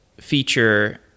feature